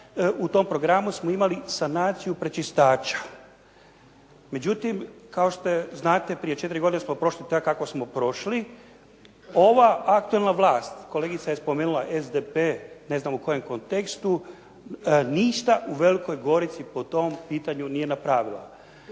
U tom programu smo imali sanaciju pročistača. Međutim kao što znate, prije četiri godine smo prošli tako kako smo prošli. Ova aktualna vlast, kolegica je spomenula SDP ne znam u kojem kontekstu, ništa u Velikoj Gorici po tom pitanju nije napravila.